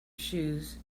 shoes